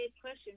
question